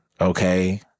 Okay